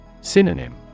Synonym